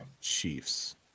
Chiefs